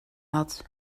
had